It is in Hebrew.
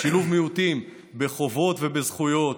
שילוב מיעוטים בחובות ובזכויות,